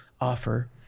offer